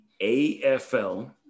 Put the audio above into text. AFL